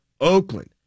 Oakland